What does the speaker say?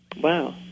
Wow